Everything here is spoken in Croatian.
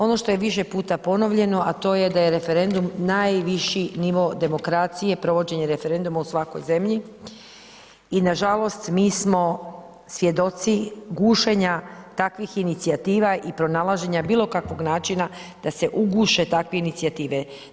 Ono što je više puta ponovljeno, a to je da je referendum najviši nivo demokracije, provođenje referenduma u svakoj zemlji i nažalost, mi smo svjedoci gušenja takvih inicijativa i pronalaženja bilo kakvog načina da se uguše takve inicijative.